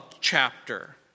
chapter